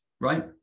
right